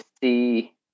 see